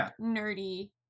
nerdy